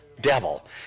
devil